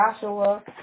Joshua